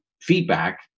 feedback